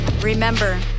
remember